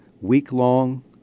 week-long